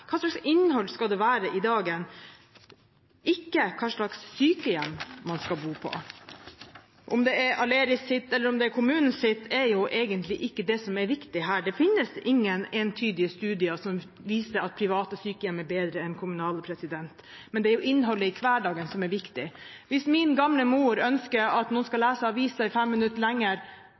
hva slags sykehjem man skal bo på. Om det er Aleris’ eller kommunens sykehjem, er egentlig ikke det som er viktig her. Det finnes ingen entydige studier som viser at private sykehjem er bedre enn kommunale. Det er innholdet i hverdagen som er viktig. Hvis min gamle mor ønsker at noen skal lese avisa i fem